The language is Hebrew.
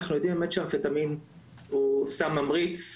אנחנו יודעים באמת שמתאמפטמין הוא סם ממריץ,